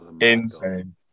insane